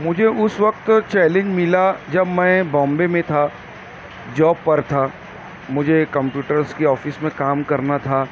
مجھے اس وقت چیلنج ملا جب میں بامبے میں تھا جاب پر تھا مجھے کمپیوٹرس کی آفس میں کام کرنا تھا